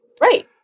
Right